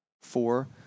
Four